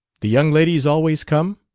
the young ladies always come?